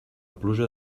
pluja